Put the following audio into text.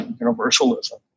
universalism